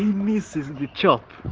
misses the chop